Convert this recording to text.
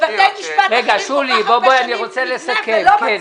לבתי משפט אחרים כל כך הרבה שנים מבנה ולא מצאו,